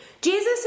Jesus